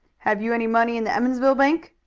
have you any money in the emmonsville bank?